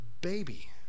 baby